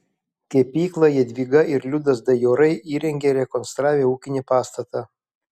kepyklą jadvyga ir liudas dajorai įrengė rekonstravę ūkinį pastatą